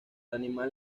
animal